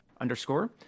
underscore